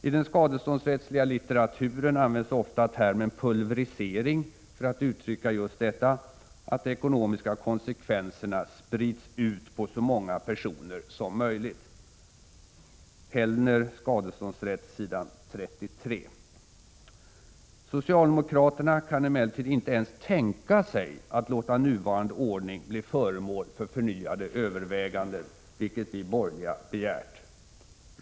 I den skadeståndsrättsliga litteraturen används ofta termen pulvrisering för att uttrycka just detta att de ekonomiska konsekvenserna sprids ut på så många personer som möjligt . Socialdemokraterna kan emellertid inte ens tänka sig att låta nuvarande ordning bli föremål för förnyade överväganden, vilket vi borgerliga begärt.